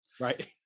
Right